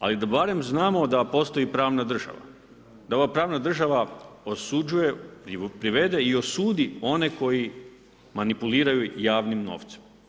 Ali da barem znamo da postoji pravna država, da ova pravna država osuđuje, privede i osudi one koji manipuliraju javnim novcem.